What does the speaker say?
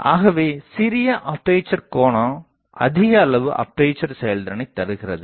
ஆகவே சிறிய அப்பேசர் கோனம் அதிக அளவு அப்பேசர் செயல்திறனை தருகிறது